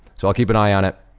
so i'll keep an eye on it.